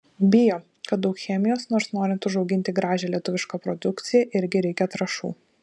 bijo kad daug chemijos nors norint užauginti gražią lietuvišką produkciją irgi reikia trąšų